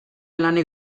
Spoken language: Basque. lanik